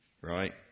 right